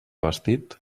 vestit